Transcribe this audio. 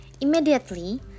Immediately